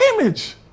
image